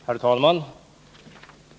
Herr talman!